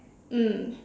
mm